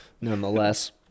nonetheless